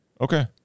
okay